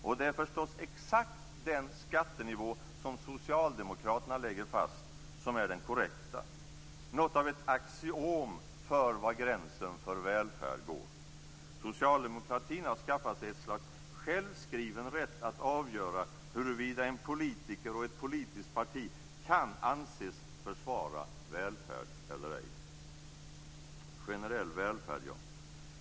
Och det är förstås exakt den skattenivå som socialdemokraterna lägger fast som är den korrekta, något av ett axiom för var gränsen för välfärd går. Socialdemokratin har skaffat sig ett slags självskriven rätt att avgöra huruvida en politiker och ett politiskt parti kan anses försvara välfärden eller ej. Generell välfärd, ja.